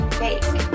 fake